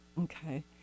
okay